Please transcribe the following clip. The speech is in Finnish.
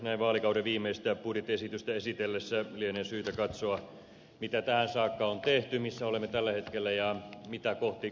näin vaalikauden viimeistä budjettiesitystä esitellessä lienee syytä katsoa mitä tähän saakka on tehty missä olemme tällä hetkellä ja mitä kohti kuljemme